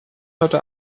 heute